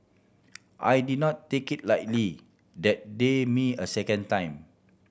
I did not take it lightly that they me a second time